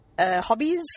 Hobbies